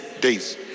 days